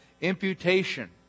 imputation